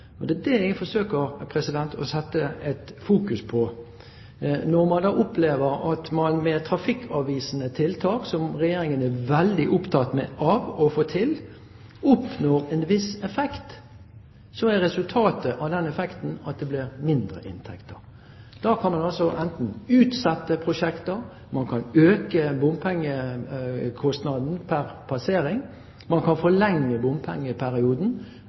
Det er det jeg forsøker å sette et fokus på. Når man da opplever at man med trafikkavvisende tiltak, som Regjeringen er veldig opptatt av å få til, oppnår en viss effekt, er resultatet av den effekten at det blir mindre inntekter. Da kan man altså enten utsette prosjekter, man kan øke bompengekostnaden pr. passering, man kan forlenge bompengeperioden,